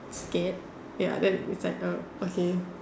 scared ya that is like a okay